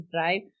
drive